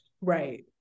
Right